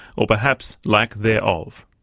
or perhaps lack thereof.